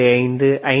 5 5